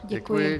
Děkuji.